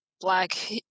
Black